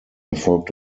erfolgt